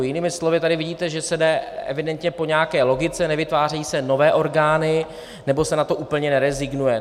Jinými slovy, tady vidíte, že se jde evidentně po nějaké logice, nevytvářejí se nové orgány nebo se na to úplně nerezignuje.